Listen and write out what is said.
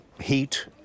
heat